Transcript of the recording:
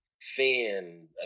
fan